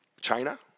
China